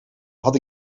had